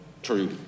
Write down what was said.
True